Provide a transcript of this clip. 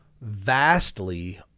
vastly